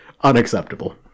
unacceptable